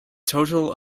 total